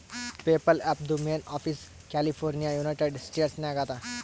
PayPal ಆ್ಯಪ್ದು main office California United States ನಾಗ್ ಅದಾ